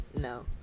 no